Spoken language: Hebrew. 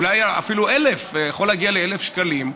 אולי אפילו 1,000, יכול להגיע ל-1,000 שקלים.